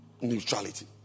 neutrality